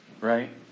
right